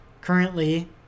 Currently